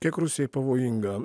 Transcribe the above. kiek rusijai pavojinga